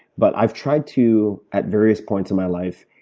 but i've tried to, at various points in my life,